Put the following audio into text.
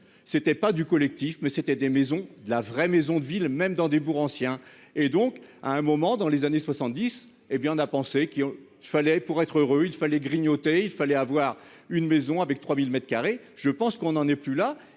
C'était pas du collectif mais c'était des maisons de la vraie maison de ville même dans des bourgs anciens et donc à un moment dans les années 70, et bien on a pensé qu'il en fallait pour être heureux, il fallait grignoter, il fallait avoir une maison avec 3000 m2 je pense qu'on en est plus là,